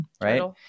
right